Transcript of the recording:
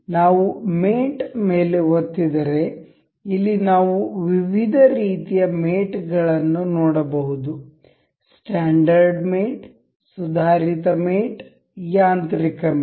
ನಾವು ಮೇಟ್ ಮೇಲೆ ಒತ್ತಿದರೆ ಇಲ್ಲಿ ನಾವು ವಿವಿಧ ರೀತಿಯ ಮೇಟ್ ಗಳನ್ನು ನೋಡಬಹುದು ಸ್ಟ್ಯಾಂಡರ್ಡ್ ಮೇಟ್ ಸುಧಾರಿತ ಮೇಟ್ ಯಾಂತ್ರಿಕ ಮೇಟ್